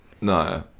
No